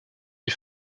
les